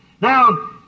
Now